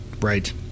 right